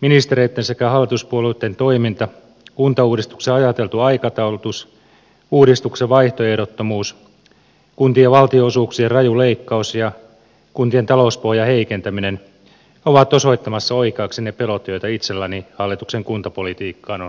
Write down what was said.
ministereitten sekä hallituspuolueitten toiminta kuntauudistuksen ajateltu aikataulutus uudistuksen vaihtoehdottomuus kuntien valtionosuuksien ra ju leikkaus ja kuntien talouspohjan heikentäminen ovat osoittamassa oikeaksi ne pelot joita itselläni hallituksen kuntapolitiikkaan on kohdistunut